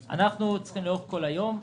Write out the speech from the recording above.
אנחנו צריכים לתת שירות לאורך כל היום,